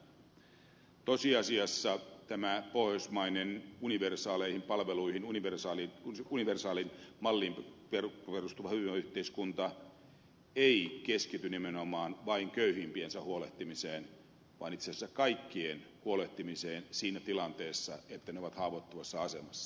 tosiasiassa tämä pohjoismainen universaaleihin palveluihin universaaliin malliin perustuva hyvinvointiyhteiskunta ei keskity nimenomaan vain köyhimpiensä huolehtimiseen vaan itse asiassa kaikista huolehtimiseen siinä tilanteessa että he ovat haavoittuvassa asemassa